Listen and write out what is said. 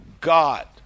God